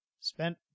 Spent